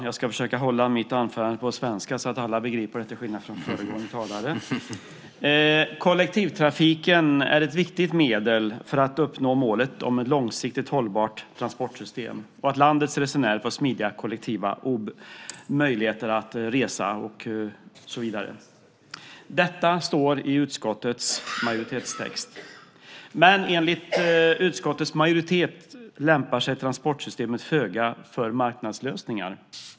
Herr talman! Kollektivtrafiken är ett viktigt medel för att uppnå målet om ett långsiktigt hållbart transportsystem och att landets resenärer får möjlighet att på ett smidigt sätt resa och så vidare. Detta står i utskottets majoritetstext. Men enligt utskottets majoritet lämpar sig transportsystemet föga för marknadslösningar.